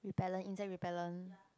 repellent insect repellent